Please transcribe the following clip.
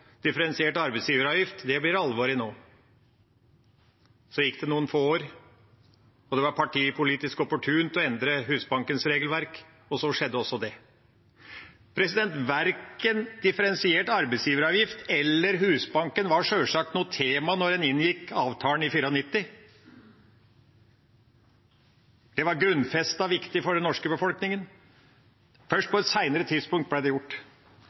differensiert arbeidsgiveravgift, det blir det alvor i nå. Så gikk det noen få år, og det var partipolitisk opportunt å endre Husbankens regelverk, og så skjedde også det. Verken differensiert arbeidsgiveravgift eller Husbanken var sjølsagt noe tema da en inngikk avtalen i 1994. Det var grunnfestet viktig for den norske befolkningen. Først på et seinere tidspunkt ble det gjort.